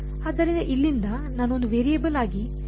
ಆದ್ದರಿಂದ ಇಲ್ಲಿಂದ ನಾನು ಒಂದು ವೇರಿಯೇಬಲ್ ಆಗಿ ವಿಲೀನ ಗೊಳಿಸಿದ್ದೇನೆ